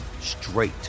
straight